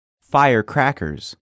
Firecrackers